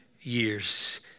years